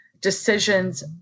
decisions